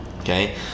Okay